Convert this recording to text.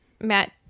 Matt